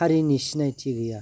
हारिनि सिनायथि गैया